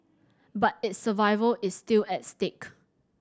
but its survival is still at stake